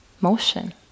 motion